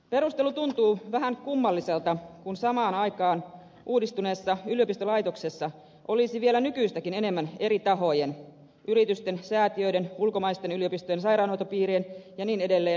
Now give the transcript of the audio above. perustelu tuntuu vähän kummalliselta kun samaan aikaan uudistuneessa yliopistolaitoksessa olisi vielä nykyistäkin enemmän eri tahojen yritysten säätiöiden ulkomaisten yliopistojen sairaanhoitopiirien ja niin edelleen